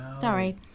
Sorry